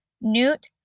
Newt